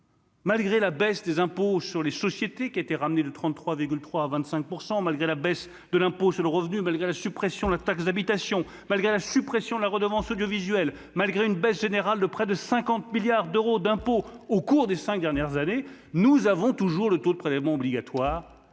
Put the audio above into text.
Malgré la baisse des impôts sur les sociétés qui été ramené de 33 3 à 25 % malgré la baisse de l'impôt sur le revenu, malgré la suppression de la taxe d'habitation, malgré la suppression de la redevance audiovisuelle, malgré une baisse générale de près de 50 milliards d'euros d'impôts au cours des 5 dernières années, nous avons toujours le taux de prélèvements obligatoires